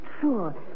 sure